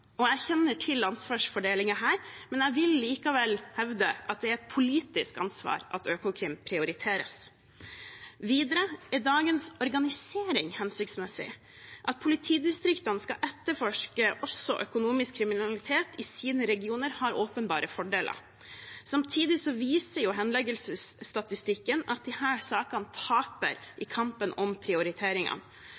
men jeg vil likevel hevde at det er et politisk ansvar at Økokrim prioriteres. Videre: Er dagens organisering hensiktsmessig? At politidistriktene skal etterforske også økonomisk kriminalitet i sine regioner, har åpenbare fordeler. Samtidig viser henleggelsesstatistikken at disse sakene taper i